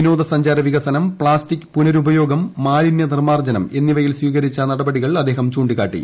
വിനോദസഞ്ചാര വികസനം പ്താസ്റ്റിക് പുനരുപയോഗം മാലിന്യ നിർമ്മാർജ്ജനം എന്നിവയിൽ സ്വീകരിച്ച നടപടികൾ അദ്ദേഹം ചൂണ്ടിക്കാട്ടി